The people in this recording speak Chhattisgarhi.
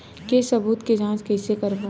के सबूत के जांच कइसे करबो?